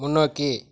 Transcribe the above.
முன்னோக்கி